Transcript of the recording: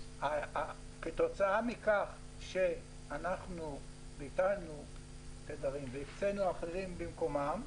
כתוצאה מכך שאנחנו ביטלנו והקצנו אחרים במקומם,